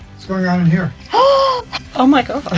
what's going on in here? oh oh my god.